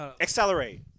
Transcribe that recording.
Accelerate